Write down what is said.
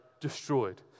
destroyed